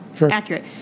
accurate